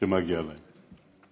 שמגיעות להם.